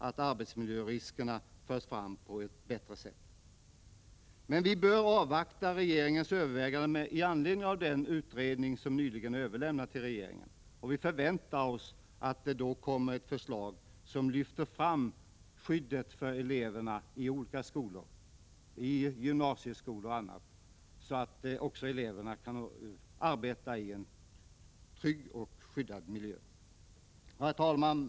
Vi bör emellertid avvakta regeringens övervägande med anledning av den utredning som nyligen har överlämnats till regeringen. Vi förväntar oss att det kommer ett förslag som lyfter fram skyddet för eleverna i gymnasieskolorna och i andra skolor, så att också eleverna kan arbeta i en trygg och skyddad miljö. Herr talman!